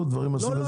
לא.